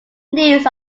news